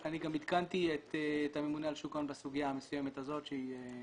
אני גם עדכנתי את הממונה על שוק ההון בסוגיה המסוימת הזאת שהיא